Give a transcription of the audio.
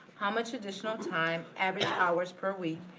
how much additional time, average hours per week,